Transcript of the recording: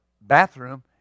bathroom